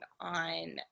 on